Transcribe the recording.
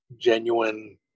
genuine